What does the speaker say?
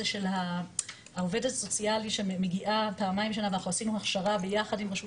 של העובד הסוציאלי שמגיעה פעמיים בשנה ואנחנו עשינו הכשרה ביחד עם רשות